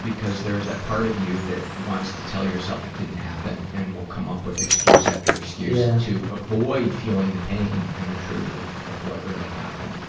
because there's that part of you that wants to tell yourself it didn't happen and will come up with excuse after excuse yeah to avoid feeling the pain and the truth of of what really happened.